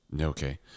Okay